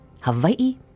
Hawaii